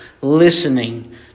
listening